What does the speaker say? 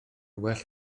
well